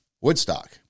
Woodstock